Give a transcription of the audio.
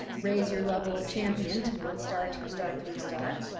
ah raise your level of champion to one star, two star, three star.